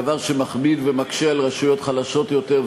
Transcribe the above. דבר שמכביד ומקשה על רשויות חלשות יותר,